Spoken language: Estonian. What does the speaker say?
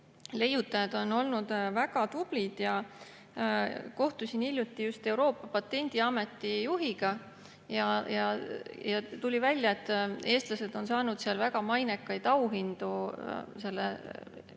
leiutajad olnud väga tublid. Kohtusin hiljuti Euroopa Patendiameti juhiga ja tuli välja, et eestlased on saanud seal väga mainekaid auhindu patentide